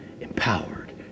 empowered